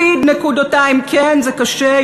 לפיד: "כן זה קשה,